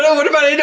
ah what about and